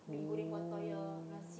oo